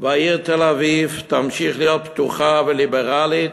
והעיר תל-אביב תמשיך להיות פתוחה וליברלית,